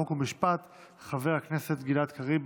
חוק ומשפט חבר הכנסת גלעד קריב.